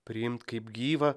priimt kaip gyvą